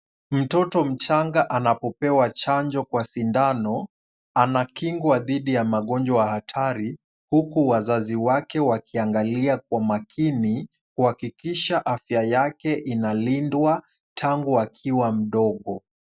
Mtoto mchanga anapopewa chanjo kwa sindano, anakingwa dhidi ya magonjwa hatari huku wazazi wake wakiangalia kwa makini kuhakikisha afya yake inalindwa tangu akiwa mdogo.